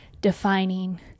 defining